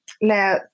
Now